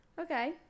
Okay